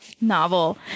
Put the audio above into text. novel